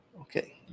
Okay